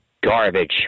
garbage